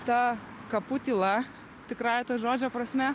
ta kapų tyla tikrąja to žodžio prasme